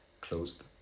closed